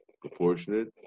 proportionate